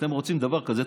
אתם רוצים דבר כזה,